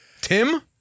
Tim